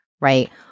right